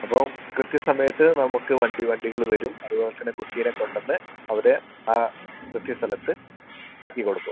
അപ്പോൾ കൃത്യ സമയത്ത് നമുക്ക് വണ്ടി വണ്ടികൾ വരും അതുപോലെ തന്നെ കുട്ടികളെ കൊണ്ടുവന്നു അവരെ ആ കൃത്യ സ്ഥലത്ത് ആക്കി കൊടുക്കും